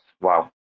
Wow